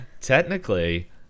Technically